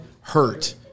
hurt